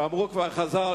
שכן אמרו כבר חז"ל: